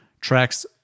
tracks